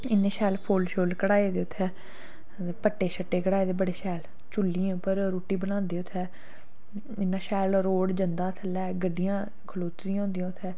इन्ने शैल फुल्ल शुल्ल घड़ाए दे उत्थै ते पट्टे शट्टे घड़ाए दे बड़े शैल चुल्लियें उप्पर रुट्टी बनांदे उत्थै इन्ना शैल रोड जंदा थल्लै गड्डियां खलौती दियां होंदियां उत्थै